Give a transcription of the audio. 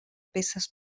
peces